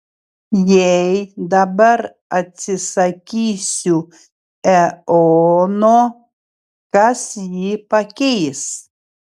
jei dabar atsisakysiu eono kas jį pakeis